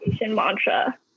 mantra